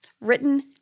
written